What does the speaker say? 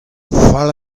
fall